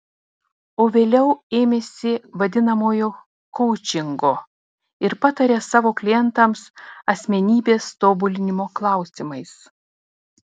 o vėliau ėmėsi vadinamojo koučingo ir pataria savo klientams asmenybės tobulinimo klausimais